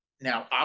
now